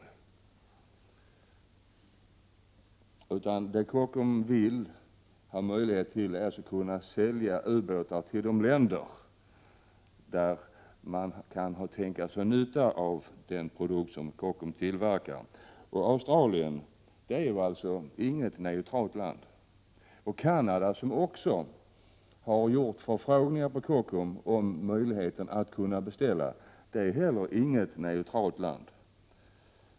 Det Kockums = 27november 1987 vill ha möjlighet till är att sälja ubåtar till de länder där man kan tänkas ha nytta av den produkt som Kockums tillverkar. Australien är inget neutralt land och Canada, som också gjort förfrågningar hos Kockums om möjligheten att beställa, är heller inget neutralt land.